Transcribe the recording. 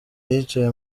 yicaye